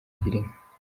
girinka